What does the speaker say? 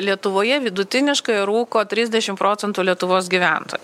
lietuvoje vidutiniškai rūko trisdešim procentų lietuvos gyventojų